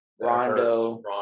Rondo